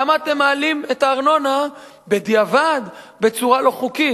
למה אתם מעלים את הארנונה בדיעבד בצורה לא חוקית?